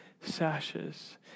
sashes